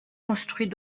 construit